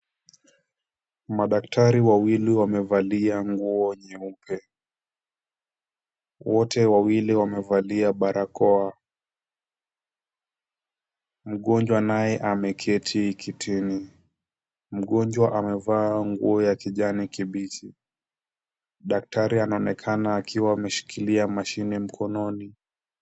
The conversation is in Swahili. Madaktari wawili wamevalia nguo nyeupe. Wote wawili wamevalia barakoa. Mgonjwa naye ameketi kitini. Mgonjwa amevaa nguo ya kijani kibichi. Daktari anaonekana akiwa ameshikilia mashine mkononi.